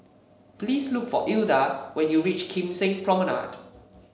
please look for Ilda when you reach Kim Seng Promenade